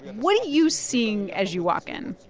what are you you seeing as you walk in?